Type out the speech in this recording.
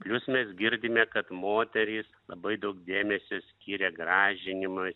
plius mes girdime kad moterys labai daug dėmesio skiria gražinimui